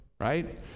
right